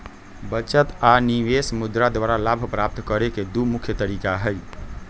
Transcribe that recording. बचत आऽ निवेश मुद्रा द्वारा लाभ प्राप्त करेके दू मुख्य तरीका हई